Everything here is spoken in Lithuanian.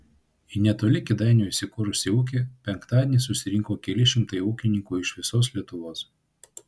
į netoli kėdainių įsikūrusį ūkį penktadienį susirinko keli šimtai ūkininkų iš visos lietuvos